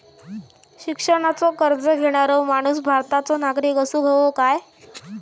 शिक्षणाचो कर्ज घेणारो माणूस भारताचो नागरिक असूक हवो काय?